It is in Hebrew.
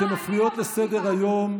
אתן מפריעות לסדר-היום.